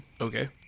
Okay